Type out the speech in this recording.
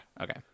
Okay